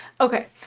Okay